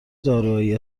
داروهایی